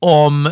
om